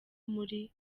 muri